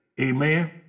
Amen